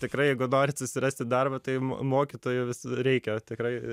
tikrai jeigu norit susirasti darbą tai mo mokytojo vis reikia tikrai